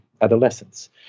adolescents